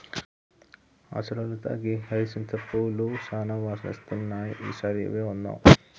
అసలు లత గీ హైసింత పూలు సానా వాసన ఇస్తున్నాయి ఈ సారి గివ్వే కొందాం